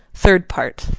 third part